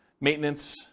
maintenance